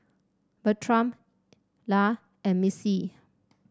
Bertram Illa and Missie